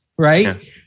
Right